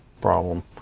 problem